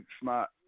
smart